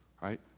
right